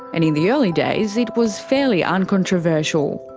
and in the early days it was fairly uncontroversial.